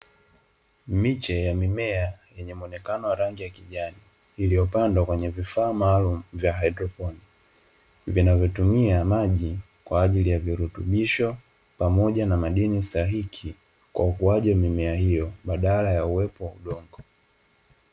Miche ya mimea yenye rangi ya kijani illiyopandwa kwa vifaa maalumu vya hydroponiki, vinavyotumia maji kwajili ya virutubisho, pamoja na madini stahiki kwa ukuwaji wa mimea hio badala ya udongo.